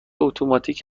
اتوماتیک